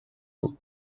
would